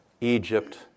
Egypt